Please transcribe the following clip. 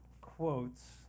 quotes